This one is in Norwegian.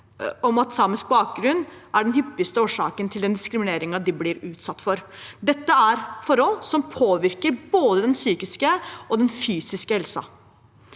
samisk bakgrunn er den hyppigste årsaken til den diskrimineringen de blir utsatt for. Dette er forhold som påvirker både den psykiske og den fysiske helsen.